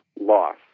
loss